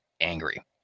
angry